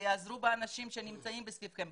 תיעזרו באנשים שנמצאים סביבכם,